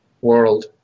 world